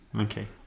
Okay